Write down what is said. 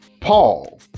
Paul